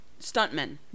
stuntmen